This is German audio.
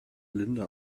linda